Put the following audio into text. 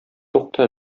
тукта